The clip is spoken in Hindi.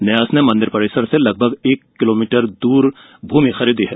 न्यास ने मंदिर परिसर से लगभग एक किलोमीटर दूर भूमि खरीदी है